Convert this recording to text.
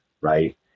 Right